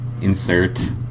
insert